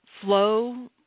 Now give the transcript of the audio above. flow